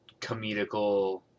comedical